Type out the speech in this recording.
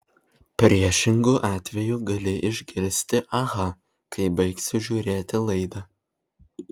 priešingu atveju gali išgirsti aha kai baigsiu žiūrėti laidą